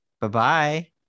Bye-bye